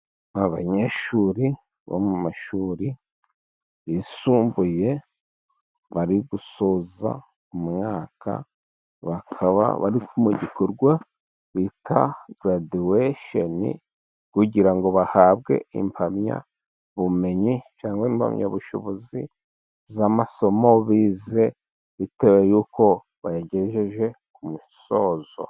Abanyeshuri bo mu mashuri yisumbuye bari gusoza umwaka, bakaba bari mu gikorwa bita garadiwesheni, kugira ngo bahabwe impamyabumenyi cyangwa impamyabushobozi z'amasomo bize, bitewe y'uko bayagejeje ku musozo.